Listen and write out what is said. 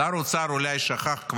שר האוצר אולי כבר שכח,